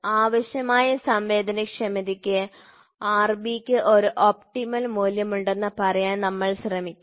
ആവശ്യമായ സംവേദനക്ഷമതയ്ക്ക് Rb ക്ക് ഒരു ഒപ്റ്റിമൽ മൂല്യമുണ്ടെന്ന് പറയാൻ നമ്മൾ ശ്രമിക്കുന്നു